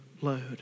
load